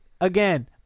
again